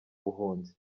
buhunzi